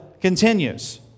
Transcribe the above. continues